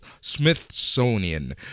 Smithsonian